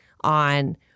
on